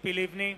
ציפי לבני,